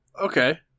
Okay